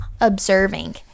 observing